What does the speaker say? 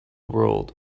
world